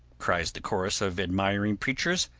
cries the chorus of admiring preachers,